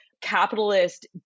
capitalist